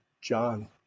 John